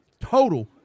total